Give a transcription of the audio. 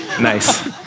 Nice